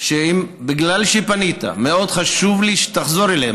בגלל שפנית, מאוד חשוב לי שתחזור אליהם.